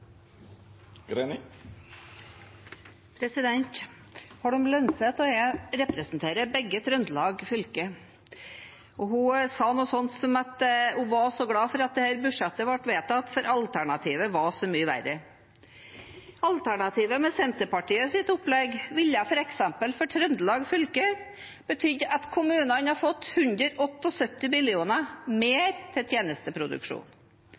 og jeg representerer begge Trøndelag fylke, og hun sa noe slikt som at hun var så glad for at dette budsjettet ble vedtatt, for alternativet var så mye verre. Alternativet med Senterpartiets opplegg ville f.eks. for Trøndelag fylke betydd at kommunene hadde fått 178 mill. kr mer til tjenesteproduksjon. Det ville ha betydd at fylkeskommunen hadde fått 117 mill. kr mer til tjenesteproduksjon.